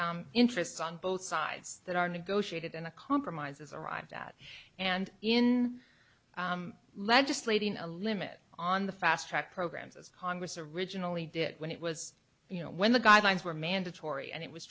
interests on both sides that are negotiated and a compromise is arrived at and in legislating a limit on the fast track programs as congress originally did when it was you know when the guidelines were mandatory and it was